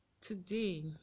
today